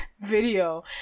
video